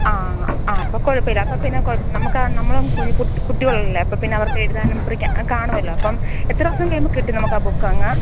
ആ ആ അപ്പോൾ കുഴപ്പമില്ല അപ്പോൾ പിന്നെ കൊ നമുക്കാ നമ്മളും കുഞ്ഞി കു കുട്ടികളുള്ളതല്ലേ അപ്പോൾ പിന്നെ അവർക്ക് എഴുതാനും പഠിക്കാനും കാണുവല്ലോ അപ്പം എത്ര ദിവസം കഴിയുമ്പോൾ കിട്ടും നമുക്കാ ബുക്കങ്ങ്